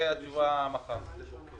שהתשובה תהיה מחר.